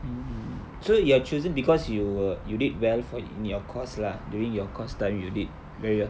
mm so you're chosen because you were you did well for in your course lah during your course study you did very well